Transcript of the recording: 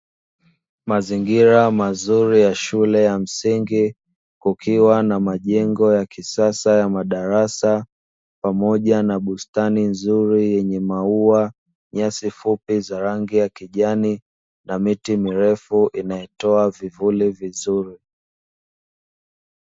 Mazingira mazuri ya shule ya msingi, kukiwa na majengo ya kisasa ya madarasa, pamoja na bustani nzuri yenye maua, nyasi fupi za rangi ya kijani na miti mirefu inayotoa vivuli vizuri.